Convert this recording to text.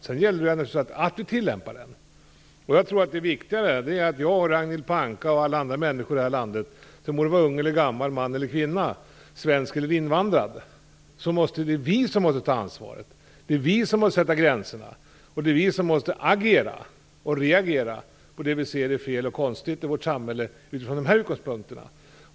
Sedan gäller det naturligtvis att vi tillämpar den. Jag tror att det viktiga för mig, Ragnhild Pohanka och alla andra människor i det här landet, sedan må det vara ung eller gammal, man eller kvinna, svensk eller invandrad, är att det är vi som måste ta ansvaret och sätta gränserna, och det är vi som måste agera och reagera på det vi ser som fel och konstigt i vårt samhälle utifrån de här utgångspunkterna.